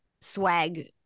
swag